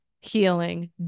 healing